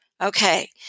Okay